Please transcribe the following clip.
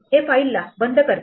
हे फाईलला बंद करते